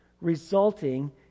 resulting